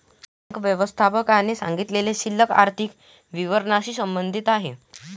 bank व्यवस्थापकाने सांगितलेली शिल्लक आर्थिक विवरणाशी संबंधित आहे